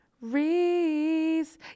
Reese